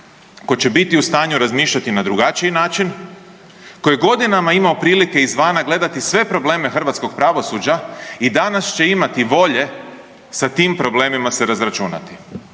ko će biti u stanju razmišljati na drugačiji način, koji je godinama imao prilike izvana gledati sve probleme hrvatskog pravosuđa i danas će imati volje sa tim problemima se razračunati.